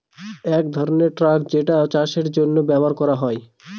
এক ধরনের ট্রাক যেটা চাষের জন্য ব্যবহার করা হয়